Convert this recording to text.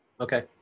Okay